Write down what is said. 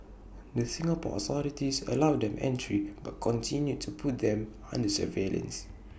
the Singapore authorities allowed them entry but continued to put them under surveillance